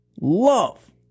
love